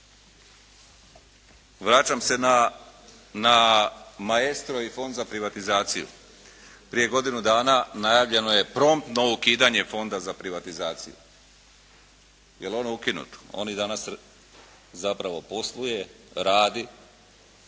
Vraćam se na "Maestro" i Fond za privatizaciju. Prije godinu dana najavljeno je promptno ukidanje Fonda za privatizaciju. Je li ono ukinuto? On i danas zapravo posluje, radi,